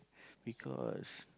because